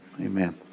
amen